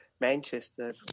Manchester